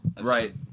Right